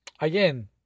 again